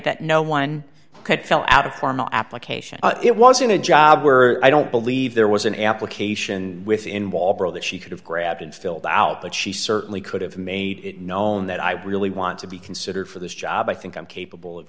that no one could fill out a formal application it was in a job where i don't believe there was an application within wall that she could have grabbed and filled out but she certainly could have made it known that i would really want to be considered for this job i think i'm capable of